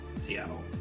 Seattle